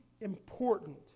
important